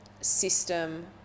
system